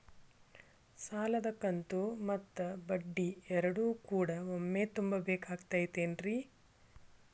ಸಾಲದ ಕಂತು ಮತ್ತ ಬಡ್ಡಿ ಎರಡು ಕೂಡ ಒಮ್ಮೆ ತುಂಬ ಬೇಕಾಗ್ ತೈತೇನ್ರಿ?